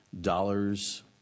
dollars